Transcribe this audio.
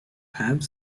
have